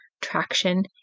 traction